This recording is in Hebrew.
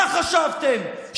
מה חשבתם,